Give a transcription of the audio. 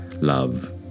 love